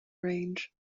range